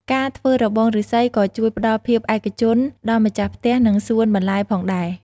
ការធ្វើរបងឬស្សីក៏ជួយផ្តល់ភាពឯកជនដល់ម្ចាស់ផ្ទះ និងសួនបន្លែផងដែរ។